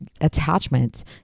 attachment